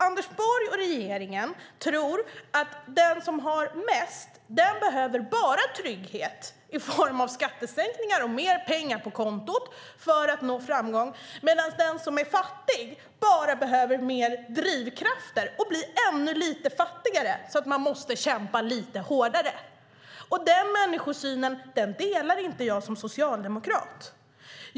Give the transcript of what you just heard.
Anders Borg och regeringen tror att den som har mest bara behöver trygghet i form av skattesänkningar och mer pengar på kontot för att nå framgång, medan den som är fattig bara behöver mer drivkrafter och att bli ännu lite fattigare så att han eller hon måste kämpa lite hårdare. Som socialdemokrat delar jag inte den människosynen.